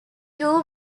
too